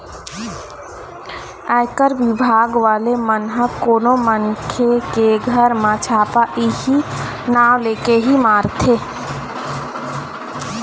आयकर बिभाग वाले मन ह कोनो मनखे के घर म छापा इहीं नांव लेके ही मारथे